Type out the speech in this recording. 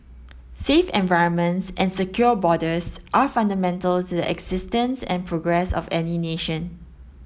safe environments and secure borders are fundamental to the existence and progress of any nation